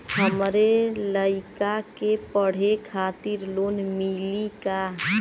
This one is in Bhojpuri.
हमरे लयिका के पढ़े खातिर लोन मिलि का?